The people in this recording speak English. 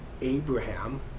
Abraham